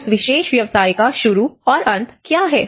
उस विशेष व्यवसाय का शुरू और अंत क्या है